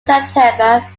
september